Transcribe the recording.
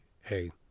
hey